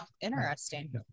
interesting